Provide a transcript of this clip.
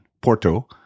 Porto